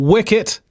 Wicket